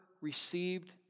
received